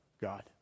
God